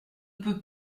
peut